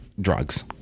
drugs